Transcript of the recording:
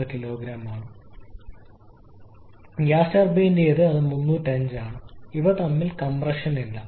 അതേസമയം gas turbine ചക്രത്തിൽ 305 ആണ് അവ തമ്മിൽ കംപ്രഷൻ ഇല്ല